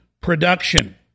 production